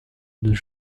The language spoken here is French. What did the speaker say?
nos